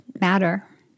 matter